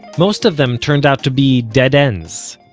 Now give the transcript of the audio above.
most of them turned out to be dead-ends.